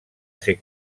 ser